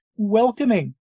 Welcoming